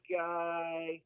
guy